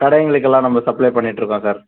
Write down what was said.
கடைங்களுக்கெல்லாம் நம்ம சப்ளை பண்ணிட்ருக்கோம் சார்